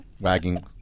wagging